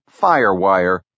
Firewire